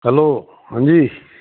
hello ਹਾਂਜੀ